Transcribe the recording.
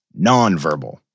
nonverbal